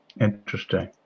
Interesting